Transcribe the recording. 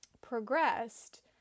progressed